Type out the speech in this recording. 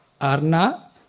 Arna